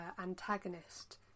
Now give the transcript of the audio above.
antagonist